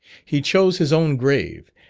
he chose his own grave,